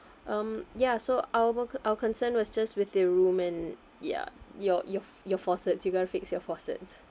um ya so our our concern was just with the room and ya your your your faucets you got to fix your faucets